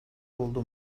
oldu